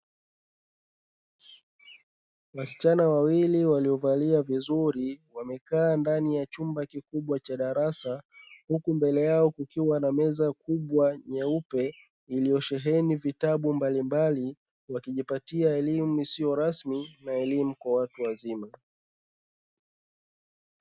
Wasichana wawili waliovalia vizuri wamekaa ndani ya chumba kikubwa cha darasa huku mbele yao kukiwa na meza kubwa nyeupe iliyosheheni vitabu mbalimbali, wakijipatia elimu isiyo rasmi na elimu kwa watu wazima.